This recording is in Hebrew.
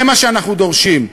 זה מה שאנחנו דורשים.